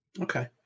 Okay